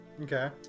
Okay